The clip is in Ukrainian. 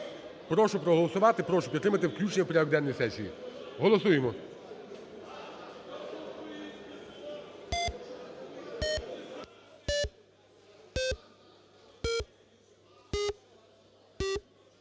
Прошу проголосувати, прошу підтримати включення в порядок денний сесії. Голосуємо.